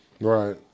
Right